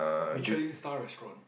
Michelin star restaurant